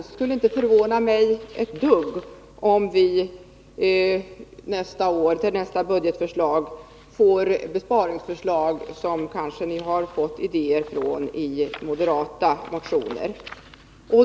Det skulle inte förvåna mig om vi i nästa budgetproposition fick se besparingsförslag som ni fått idéer till i moderata motioner!